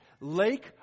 lake